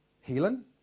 healing